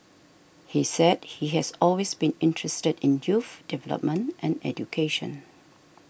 he said he has always been interested in youth development and education